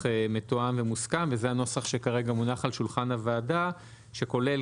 מתואם ומוסכם וזה הנוסח שכרגע מונח על שולחן הוועדה שכולל,